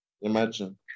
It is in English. Imagine